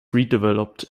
redeveloped